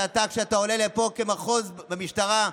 כשאתה עולה לפה כמפקד מחוז במשטרה,